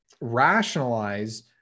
rationalize